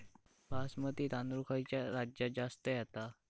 बासमती तांदूळ खयच्या राज्यात जास्त येता?